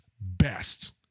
best